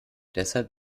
deshalb